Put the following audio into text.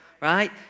right